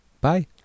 Bye